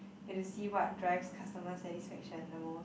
we have to see what drives customer satisfaction the most